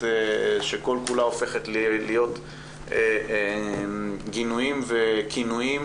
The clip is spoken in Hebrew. שכל כולה הופכת להיות גינויים וכינויים,